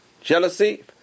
Jealousy